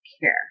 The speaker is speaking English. care